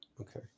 okay